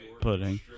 pudding